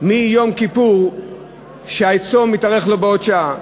שביום כיפור הצום יתארך לו בעוד שעה.